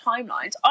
timelines